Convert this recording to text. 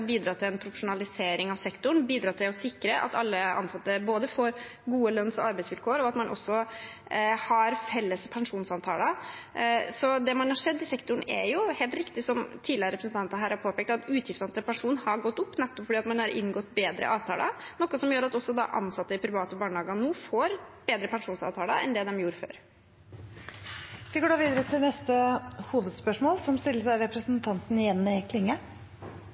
bidra til en profesjonalisering av sektoren og til å sikre at alle ansatte både får gode lønns- og arbeidsvilkår og har felles pensjonsavtaler. Det man har sett i sektoren, er jo, som representanter tidligere helt riktig her har påpekt, at utgiftene til pensjon har gått opp, nettopp fordi man har inngått bedre avtaler, noe som gjør at ansatte i private barnehager nå får bedre pensjonsavtaler enn de hadde før. Vi går videre til neste hovedspørsmål.